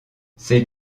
ces